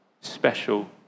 special